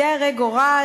די הרה גורל,